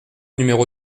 numéro